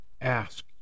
ask